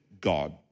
God